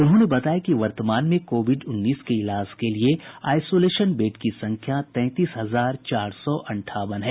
उन्होंने बताया कि वर्तमान में कोविड उन्नीस के इलाज के लिये आईसोलेशन बेड की संख्या तैंतीस हजार चार सौ अंठावन है